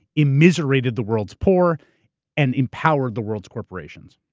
immiserated the world's poor and empowered the world's corporations.